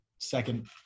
second